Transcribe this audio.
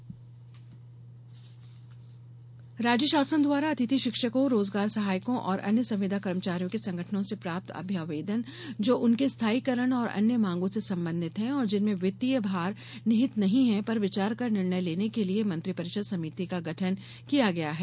मंत्रि परिषद समिति राज्य शासन द्वारा अतिथि शिक्षकों रोजगार सहायकों और अन्य संविदा कर्मचारियों के संगठनों से प्राप्त अभ्यावेदन जो उनके स्थायीकरण और अन्य माँगों से संबंधित हैं और जिनमें वित्तीय भार निहित नहीं है पर विचार कर निर्णय लेने के लिये मंत्रि परिषद समिति का गठन किया गया है